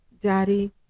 Daddy